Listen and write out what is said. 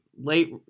late